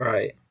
Right